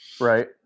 Right